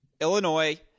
Illinois